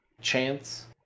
chance